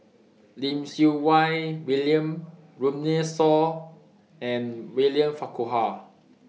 Lim Siew Wai William Runme Shaw and William Farquhar